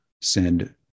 send